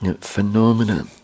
phenomena